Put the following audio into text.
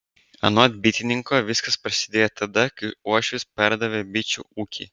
anot bitininko viskas prasidėjo tada kai uošvis perdavė bičių ūkį